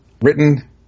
Written